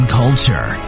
culture